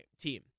team